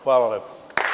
Hvala lepo.